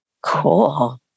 Cool